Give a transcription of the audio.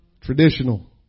Traditional